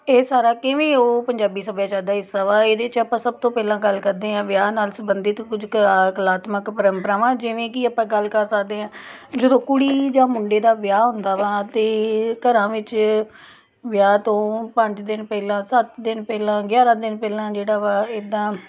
ਇਹ ਸਾਰਾ ਕਿਵੇਂ ਉਹ ਪੰਜਾਬੀ ਸੱਭਿਆਚਾਰ ਦਾ ਹਿੱਸਾ ਵਾ ਇਹਦੇ 'ਚ ਆਪਾਂ ਸਭ ਤੋਂ ਪਹਿਲਾਂ ਗੱਲ ਕਰਦੇ ਹਾਂ ਵਿਆਹ ਨਾਲ ਸੰਬੰਧਿਤ ਕੁਝ ਕਲਾ ਕਲਾਤਮਕ ਪਰੰਪਰਾਵਾਂ ਜਿਵੇਂ ਕਿ ਆਪਾਂ ਗੱਲ ਕਰ ਸਕਦੇ ਹਾਂ ਜਦੋਂ ਕੁੜੀ ਜਾਂ ਮੁੰਡੇ ਦਾ ਵਿਆਹ ਹੁੰਦਾ ਵਾ ਅਤੇ ਘਰਾਂ ਵਿੱਚ ਵਿਆਹ ਤੋਂ ਪੰਜ ਦਿਨ ਪਹਿਲਾਂ ਸੱਤ ਦਿਨ ਪਹਿਲਾਂ ਗਿਆਰ੍ਹਾਂ ਦਿਨ ਪਹਿਲਾਂ ਜਿਹੜਾ ਵਾ ਇੱਦਾਂ